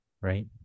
right